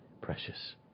precious